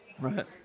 Right